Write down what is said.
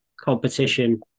competition